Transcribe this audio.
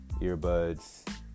earbuds